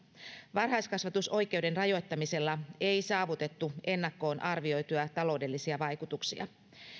varhaiskasvatusoikeuden rajoittamisella ei saavutettu ennakkoon arvioituja taloudellisia vaikutuksia